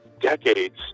decades